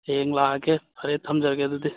ꯍꯌꯦꯡ ꯂꯥꯛꯂꯒꯦ ꯐꯔꯦ ꯊꯝꯖꯔꯒꯦ ꯑꯗꯨꯗꯤ